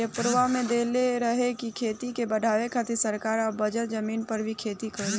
पेपरवा में देले रहे की खेती के बढ़ावे खातिर सरकार अब बंजर जमीन पर भी खेती करी